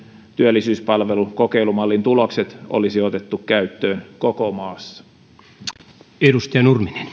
työllisyyspalvelukokeilumallin tulokset olisi otettu käyttöön koko maassa